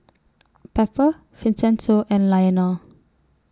Pepper Vincenzo and Lionel